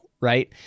right